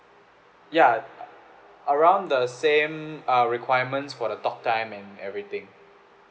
ya around the same uh requirements for the talk time and everything